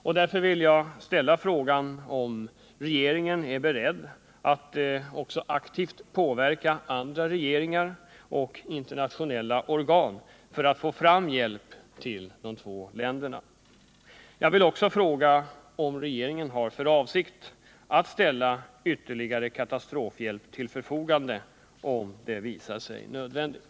Jag vill därför ställa frågan, om regeringen är beredd att aktivt påverka andra regeringar och internationella organ för att få fram hjälp till de två länderna. Jag vill också fråga, om regeringen har för avsikt att ställa ytterligare katastrofhjälp till förfogande om det visar sig nödvändigt.